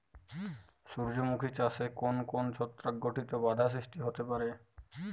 সূর্যমুখী চাষে কোন কোন ছত্রাক ঘটিত বাধা সৃষ্টি হতে পারে?